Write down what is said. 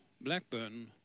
Blackburn